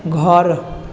घर